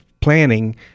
planning